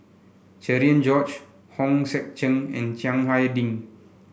Cherian George Hong Sek Chern and Chiang Hai Ding